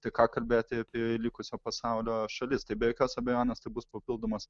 tai ką kalbėti apie likusio pasaulio šalis tai be jokios abejonės tai bus papildomas